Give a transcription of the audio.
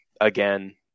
again